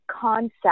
concept